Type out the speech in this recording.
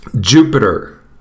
Jupiter